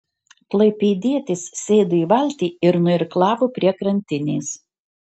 klaipėdietis sėdo į valtį ir nuirklavo prie krantinės